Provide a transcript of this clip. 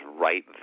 right